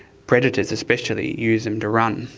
predators especially use them to run,